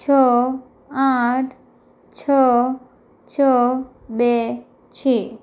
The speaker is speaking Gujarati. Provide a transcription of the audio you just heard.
છ આઠ છ છ બે છે